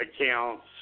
accounts